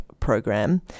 program